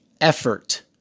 effort